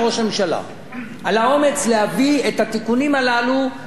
להביא את התיקונים הללו, שהם גזירות על הציבור.